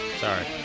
Sorry